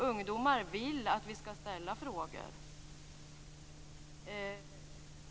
Ungdomar vill att vi skall ställa frågor.